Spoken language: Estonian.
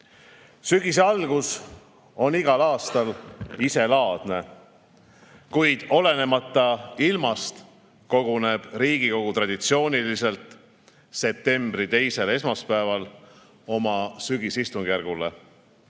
rahvas! Sügise algus on igal aastal iselaadne, kuid olenemata ilmast koguneb Riigikogu traditsiooniliselt septembri teisel esmaspäeval oma sügisistungjärgule.